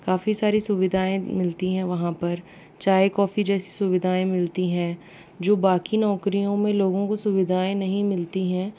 काफ़ी सारी सुविधाएं मिलती हैं वहाँ पर चाय कॉफ़ी जैसे सुविधाएं मिलती हैं जो बाकी नौकरियों में लोगों को सुविधाएं नहीं मिलती हैं